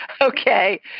Okay